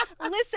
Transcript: Listen